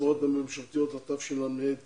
החברות הממשלתיות התש"ל